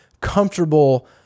comfortable